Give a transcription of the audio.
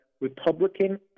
Republican